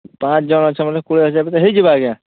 ପାଞ୍ଚ୍ ଜଣ୍ ଅଛ ବୋଲେ କୋଡ଼ିଏ ହଜାର୍ ଭିତରେ ହେଇଯିବା ଆଜ୍ଞା